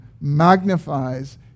magnifies